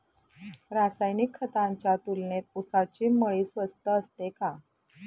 रासायनिक खतांच्या तुलनेत ऊसाची मळी स्वस्त असते का?